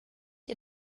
ihr